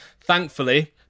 Thankfully